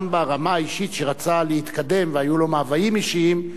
גם ברמה האישית שרצה להתקדם והיו לו מאוויים אישיים,